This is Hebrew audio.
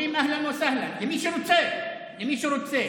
אומרים "אהלן וסהלן" למי שרוצה, למי שרוצה.